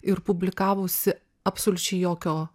ir publikavusi absoliučiai jokio